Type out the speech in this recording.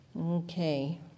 Okay